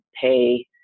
pay